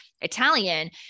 Italian